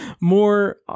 more